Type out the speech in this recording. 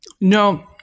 No